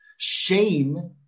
Shame